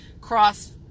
cross